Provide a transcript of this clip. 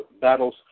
battles